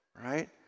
right